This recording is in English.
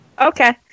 Okay